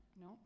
No